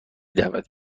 دعوت